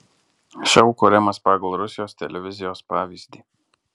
šou kuriamas pagal rusijos televizijos pavyzdį